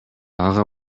ага